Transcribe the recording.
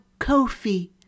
Kofi